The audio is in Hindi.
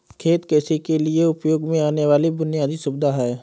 खेत कृषि के लिए उपयोग में आने वाली बुनयादी सुविधा है